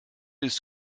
ist